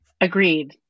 Agreed